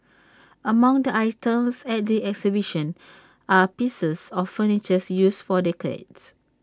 among the items at the exhibition are pieces of furnitures used for decades